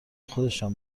خودشان